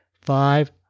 Five